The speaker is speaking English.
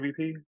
MVP